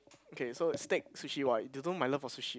okay so stake sushi !wah! you don't know my love for sushi